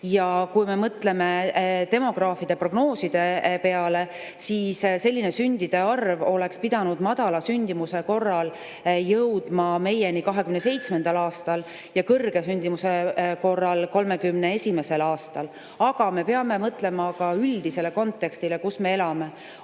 Kui me mõtleme demograafide prognooside peale, siis selline sündide arv oleks pidanud madala sündimuse korral jõudma meieni 2027. aastal ja kõrge sündimuse korral 2031. aastal. Aga me peame mõtlema ka üldisele kontekstile, kus me elame,